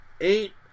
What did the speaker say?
Eight